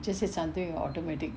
you just said something automatic